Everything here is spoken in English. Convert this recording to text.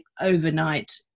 overnight